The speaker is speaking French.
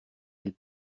ils